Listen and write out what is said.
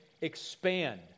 expand